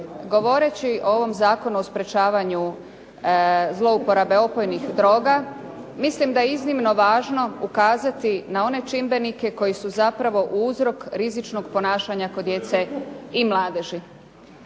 Govoreći o ovom Zakonu o sprječavanju zlouporabe opojnih droga mislim da je iznimno važno ukazati na one čimbenike koji su zapravo uzrok rizičnog ponašanja kod djece i mladeži.